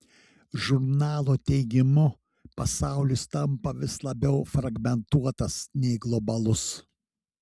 žurnalo teigimu pasaulis tampa vis labiau fragmentuotas nei globalus